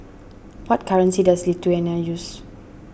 what currency does Lithuania use